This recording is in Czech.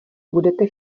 budete